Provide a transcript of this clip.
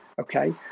Okay